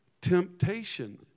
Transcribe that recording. Temptation